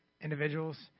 individuals